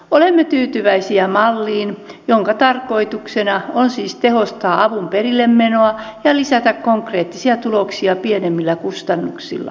olemme tyytyväisiä malliin jonka tarkoituksena on siis tehostaa avun perillemenoa ja lisätä konkreettisia tuloksia pienemmillä kustannuksilla